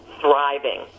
thriving